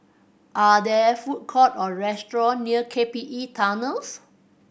are there food courts or restaurants near K P E Tunnel